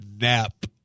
nap